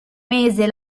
mese